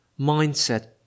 mindset